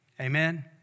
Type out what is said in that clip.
Amen